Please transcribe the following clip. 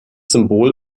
symbol